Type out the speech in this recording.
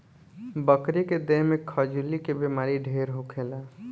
बकरी के देह में खजुली के बेमारी ढेर होखेला